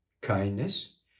kindness